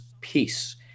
peace